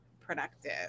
productive